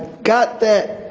got that